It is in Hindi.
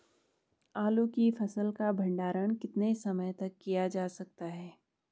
आलू की फसल का भंडारण कितने समय तक किया जा सकता है?